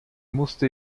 musste